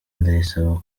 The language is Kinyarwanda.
ndayisaba